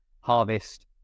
harvest